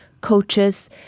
coaches